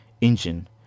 engine